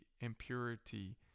impurity